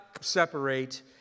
separate